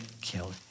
kill